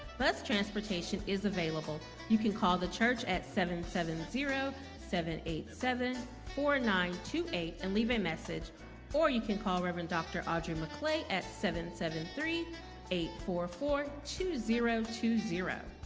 bus transportation is available you can call the church at seven seven zero seven eight seven four nine two eight and leave a message or you can call reverend. dr audrey mcclay at seven seven three eight four four two zero two zero